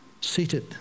seated